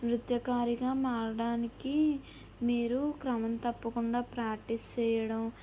నృత్యకారిగా మారడానికి మీరు క్రమం తప్పకుండా ప్రాక్టీస్ చేయడం